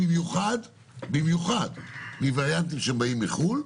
במיוחד בווריאנטים שבאים מחו"ל,